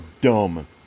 dumb